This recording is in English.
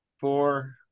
Four